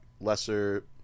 lesser